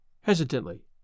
hesitantly